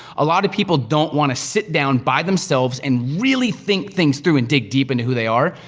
a lot of people don't want to sit down by themselves, and really think things through, and dig deep into who they are.